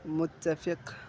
متفق